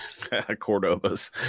Cordobas